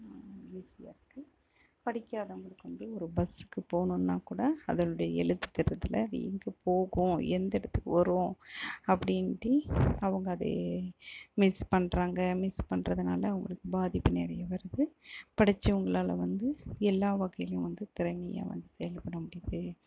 ஈசியாக இருக்குது படிக்காதவங்களுக்கு வந்து ஒரு பஸ்க்கு போகணும்னா கூட அதனுடைய எழுத்து தெரியுறது இல்லை எங்கே போகும் எந்த இடத்துக்கு வரும் அப்படின்ட்டு அவுங்க அதை மிஸ் பண்ணுறாங்க மிஸ் பண்ணுறதுனால அவங்களுக்கு பாதிப்பு நிறைய வருது படிச்சவங்களால வந்து எல்லா வகையிலேயும் வந்து திறமையாக வந்து செயல்பட முடியுது